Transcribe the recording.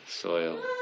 Soil